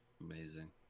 Amazing